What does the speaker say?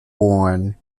born